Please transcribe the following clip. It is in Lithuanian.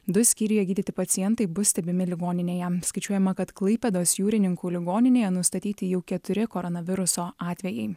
du skyriuje gydyti pacientai bus stebimi ligoninėje skaičiuojama kad klaipėdos jūrininkų ligoninėje nustatyti jau keturi koronaviruso atvejai